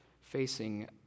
facing